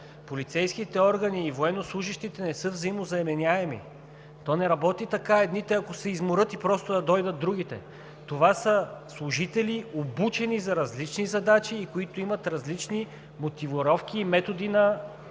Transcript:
Полицейските органи и военнослужещите не са взаимозаменяеми. То не работи така – едните, ако се изморят, просто да дойдат другите. Това са служители, обучени за различни задачи, които имат различни мотивировки и методи на